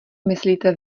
myslíte